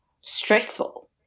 stressful